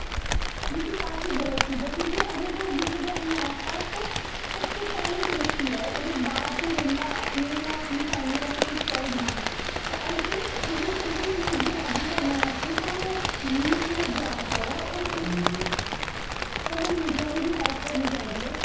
जेह्की काफी गल्त चीज ऐ क्यूंकि अगर तुस दिखगे अपने आस पास ते सब तों पैह्लें सेफटी ऐ ओह्दे बाद कोई बंदा अपने जां अपनी फैमली आस्तै कुछ करग ना ते आई थिंक उस्सी उसी चीज गी अग्गें करने बास्तै सानू यूथ गी अग्गें आना चाहिदा ऐ और कन्नै मीडिया गी बी हैल्प करनी चाहिदी ऐ